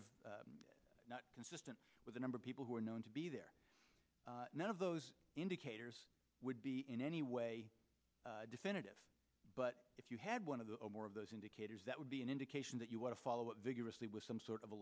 of not consistent with a number of people who are known to be there none of those indicators would be in any way definitive but if you had one of the more of those indicators that would be an indication that you want to follow it vigorously with some sort of a